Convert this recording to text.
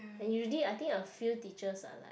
and you did I think a few teachers are like